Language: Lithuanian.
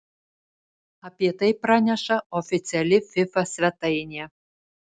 apie tai praneša oficiali fifa svetainė